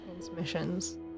Transmissions